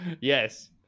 Yes